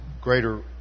greater